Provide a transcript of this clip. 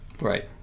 Right